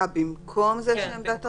אה, במקום זה שעמדת הרשויות תובא?